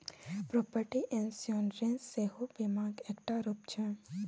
property insurance सेहो बीमाक एकटा रुप छै